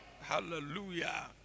Hallelujah